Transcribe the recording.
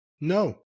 No